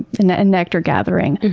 and and nectar gathering.